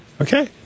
Okay